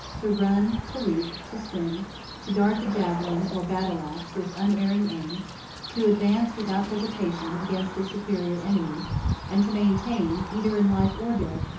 to run, to leap, to swim to dart the javelin, or battle-axe, with unerring aim to advance, without hesitation, against a superior enemy and to maintain, either in life or death,